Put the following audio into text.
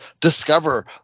discover